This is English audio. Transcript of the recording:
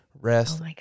rest